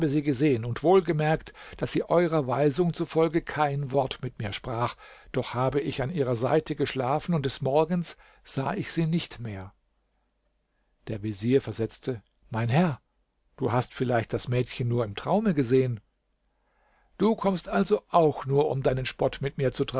gesehen und wohl gemerkt daß sie eurer weisung zufolge kein wort mit mir sprach doch habe ich an ihrer seite geschlafen und des morgens sah ich sie nicht mehr der vezier versetzte mein herr du hast vielleicht das mädchen nur im traume gesehen du kommst also auch nur um deinen spott mit mir